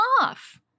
off